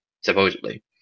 supposedly